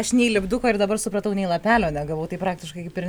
aš nei lipduko ir dabar supratau nei lapelio negavau tai praktiškai kaip ir